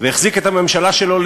והחזיק את הממשלה שלו,